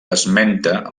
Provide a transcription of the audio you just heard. esmenta